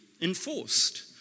enforced